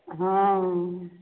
हँ